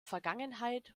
vergangenheit